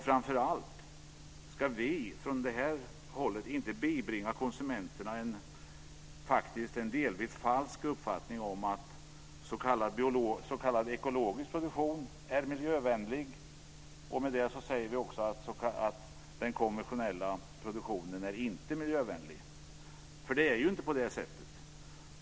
Framför allt ska vi från detta håll inte bibringa konsumenterna en delvis falsk uppfattning om att s.k. ekologisk produktion är miljövänlig. Med det sägs också att den konventionella produktionen inte är miljövänlig. Men det är ju inte på det sättet.